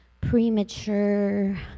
premature